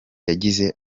yagize